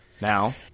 Now